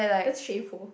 that's shameful